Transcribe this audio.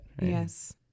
Yes